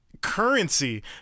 currency